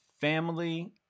family